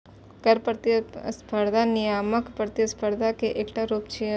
कर प्रतिस्पर्धा नियामक प्रतिस्पर्धा के एकटा रूप छियै